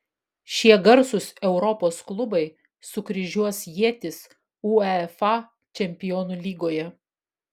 šie garsūs europos klubai sukryžiuos ietis uefa čempionų lygoje